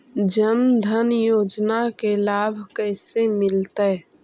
जन धान योजना के लाभ कैसे मिलतै?